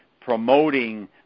promoting